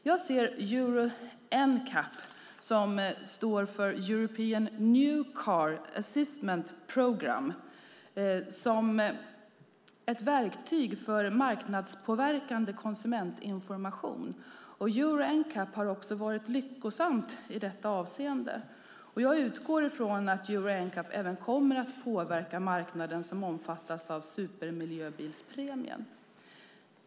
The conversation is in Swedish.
Jag ser Euro NCAP, som står för European New Car Assessment Programme, som ett verktyg för marknadspåverkande konsumentinformation. Euro NCAP har också varit lyckosamt i detta avseende. Jag utgår från att Euro NCAP även kommer att påverka marknaden som omfattas av supermiljöbilspremien.